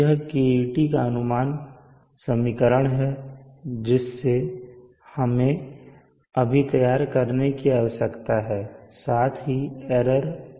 यह KeT अनुमान समीकरण है जिसे हमें अभी तैयार करने की आवश्यकता है साथ ही एरर भी